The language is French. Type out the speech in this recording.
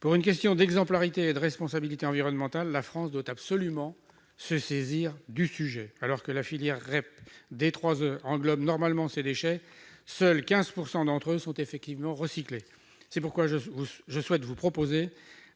Pour une question d'exemplarité et de responsabilité environnementale, la France doit absolument se saisir du sujet. Alors que la filière REP D3E englobe normalement ces déchets, seuls 15 % d'entre eux sont effectivement recyclés. C'est pourquoi je propose